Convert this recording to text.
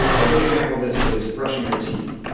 a good example of this is brushing your teeth.